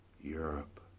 Europe